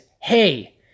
hey